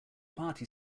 party